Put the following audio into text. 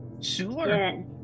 Sure